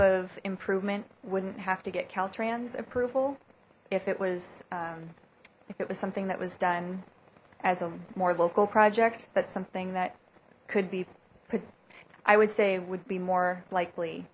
of improvement wouldn't have to get caltrans approval if it was if it was something that was done as a more local project that's something that could be but i would say would be more likely